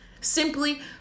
simply